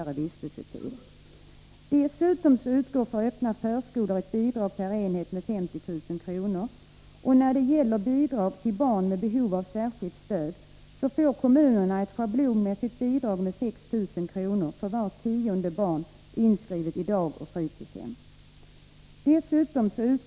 Dessutom utgår för öppna förskolor ett bidrag per enhet med 50 000 kr. När det gäller bidrag till barn med behov av särskilt stöd får kommunerna ett schablonmässigt bidrag med 6 000 kr. för vart tionde barn som är inskrivet i dagoch fritidshem.